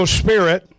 spirit